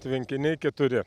tvenkiniai keturi